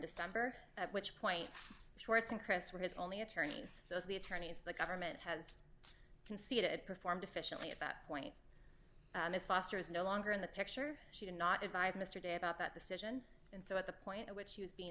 december at which point schwartz and chris were his only attorneys those are the attorneys the government has conceded performed efficiently at that point miss foster is no longer in the picture she did not advise mr de about that decision and so at the point at which she was being